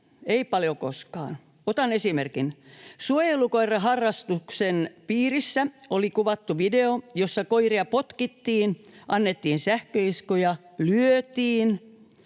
ei paljon koskaan. Otan esimerkin: Suojelukoiraharrastuksen piirissä oli kuvattu video, jossa koiria potkittiin, annettiin sähköiskuja, lyötiin.